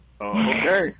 Okay